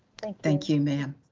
thank thank you ma'am.